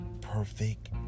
perfect